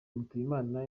mutuyimana